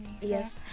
Yes